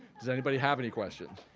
does anybody have any questions?